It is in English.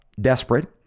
desperate